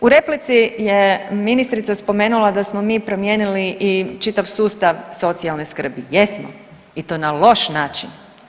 U replici je ministrica spomenula da smo mi promijenili i čitav sustav socijalne skrbi, jesmo i to na loš način.